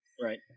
Right